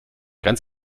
ganz